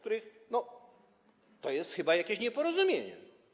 To jest chyba jakieś nieporozumienie?